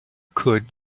could